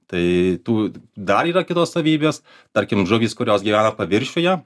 tai tų dar yra kitos savybės tarkim žuvys kurios gyvena paviršiuje